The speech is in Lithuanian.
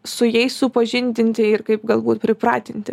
su jais supažindinti ir kaip galbūt pripratinti